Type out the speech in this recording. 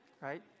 right